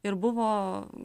ir buvo